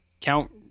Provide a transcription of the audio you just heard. Count